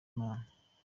imana